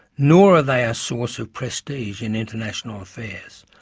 nor are they a source of prestige in international affairs,